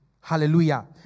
Hallelujah